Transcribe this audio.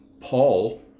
Paul